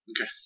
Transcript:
Okay